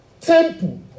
temple